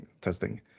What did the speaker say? testing